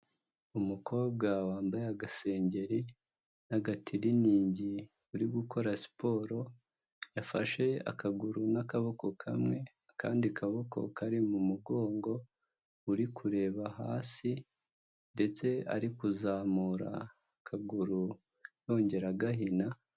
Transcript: Umukobwa wambaye agasengeri n'agatiriningi uri gukora siporo, yafashe akaguru n'akaboko kamwe akandi kaboko kari mu mugongo, uri kureba hasi ndetse ari kuzamura akaguru yongera agahina.